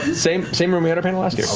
same same room we had our panel last